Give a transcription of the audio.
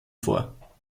vor